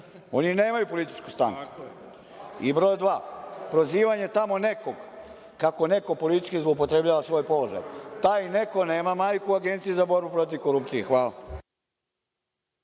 Oni i nemaju političku stranku. To je jedno. Drugo, prozivanje tamo nekog kako neko politički zloupotrebljava svoj položaj, taj neko nema majku u Agenciji za borbu protiv korupcije. Hvala.